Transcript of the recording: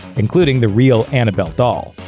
including the real annabelle doll.